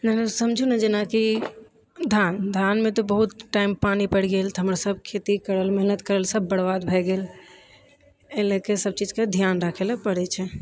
समझू ने जेनाकि धान धानमे तऽ बहुत टाइम पानि पड़ि गेल तऽ हमर सभ खेती करल मेहनत करल सब बर्बाद भए गेल एहि लऽ कऽ सबचीजके ध्यान राखै लऽ पड़े छै